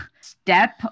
step